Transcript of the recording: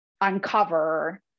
uncover